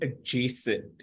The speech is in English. adjacent